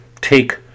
take